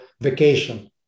vacation